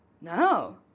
No